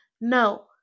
No